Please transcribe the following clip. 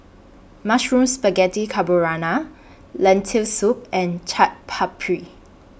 Mushroom Spaghetti Carbonara Lentil Soup and Chaat Papri